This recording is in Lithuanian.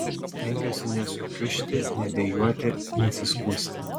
stengiuosi nesukiužti nedejuoti nesiskųsti